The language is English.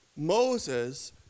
Moses